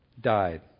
died